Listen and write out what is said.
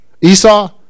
Esau